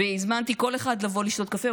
והזמנתי כל אחד לבוא לשתות קפה.